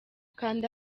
kanda